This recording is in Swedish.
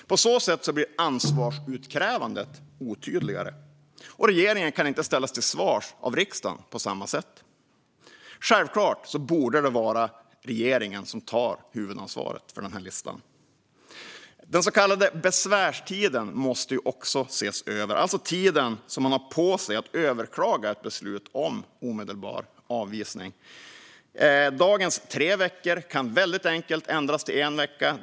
På så sätt blir möjligheten till ansvarsutkrävande otydligare. Regeringen kan inte ställas till svars av riksdagen på samma sätt. Självklart borde det vara regeringen som tar huvudansvaret för listan. Också den så kallade besvärstiden, tiden man har på sig att överklaga ett beslut om omedelbar avvisning, måste ses över. Dagens tre veckor kan enkelt ändras till en vecka.